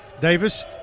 Davis